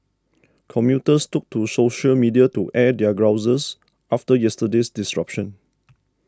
commuters took to social media to air their grouses after yesterday's disruption